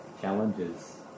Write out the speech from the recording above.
challenges